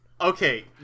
Okay